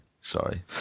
sorry